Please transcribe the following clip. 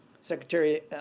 Secretary